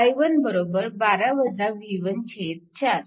म्हणून i1 4